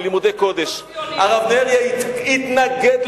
על כל שקל זה מלחמת תרבות.